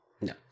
No